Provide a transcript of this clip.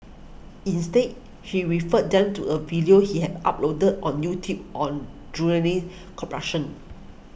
instead he referred them to a video he had uploaded on YouTube on corruption